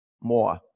more